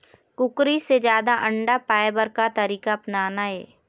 कुकरी से जादा अंडा पाय बर का तरीका अपनाना ये?